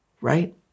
right